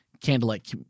candlelight